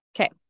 Okay